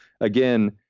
again